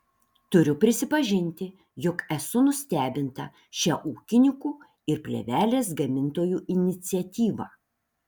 turiu prisipažinti jog esu nustebinta šia ūkininkų ir plėvelės gamintojų iniciatyva